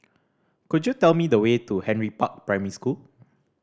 could you tell me the way to Henry Park Primary School